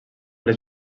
les